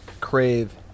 crave